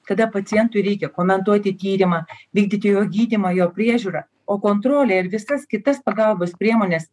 kada pacientui reikia komentuoti tyrimą vykdyti jo gydymą jo priežiūrą o kontrolę ir visas kitas pagalbos priemones